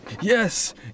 Yes